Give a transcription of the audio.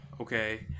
Okay